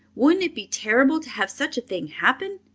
wouldn't it be terrible to have such a thing happen!